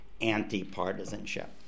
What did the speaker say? anti-partisanship